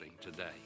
today